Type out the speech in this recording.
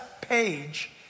page